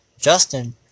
Justin